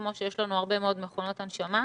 כמו שיש לנו הרבה מאוד מכונות הנשמה.